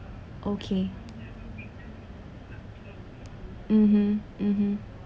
okay mmhmm mmhmm